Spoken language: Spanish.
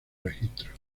registros